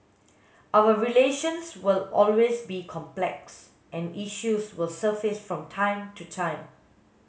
our relations will always be complex and issues will surface from time to time